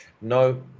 no